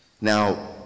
Now